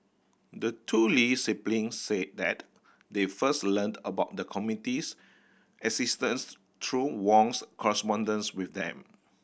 the two Lee siblings said that they first learned about the committee's existence through Wong's correspondence with them